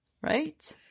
Right